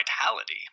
vitality